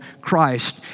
christ